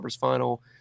Final